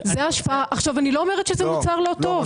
לא אומרת שזה מוצר לא טוב.